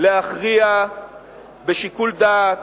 להכריע בשיקול דעת,